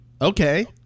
okay